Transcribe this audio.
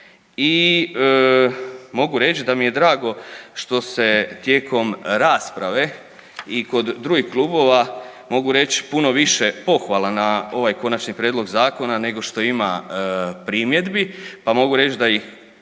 i mogu reć da mi je drago što se tijekom rasprave i kod drugih klubova mogu reć puno više pohvala na ovaj konačni prijedlog zakona nego što ima primjedbi, pa mogu reći da ih